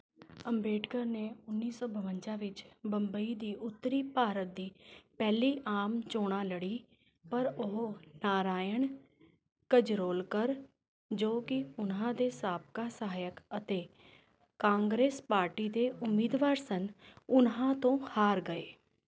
ਅੰਬੇਡਕਰ ਨੇ ਉੱਨੀ ਸੌ ਬਵੰਜਾ ਵਿੱਚ ਬੰਬਈ ਦੀ ਉੱਤਰੀ ਭਾਰਤ ਦੀ ਪਹਿਲੀ ਆਮ ਚੋਣਾਂ ਲੜੀ ਪਰ ਉਹ ਨਾਰਾਇਣ ਕਜਰੌਲਕਰ ਜੋ ਕਿ ਉਹਨਾਂ ਦੇ ਸਾਬਕਾ ਸਹਾਇਕ ਅਤੇ ਕਾਂਗਰਸ ਪਾਰਟੀ ਦੇ ਉਮੀਦਵਾਰ ਸਨ ਉਹਨਾਂ ਤੋਂ ਹਾਰ ਗਏ